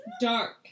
Dark